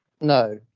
no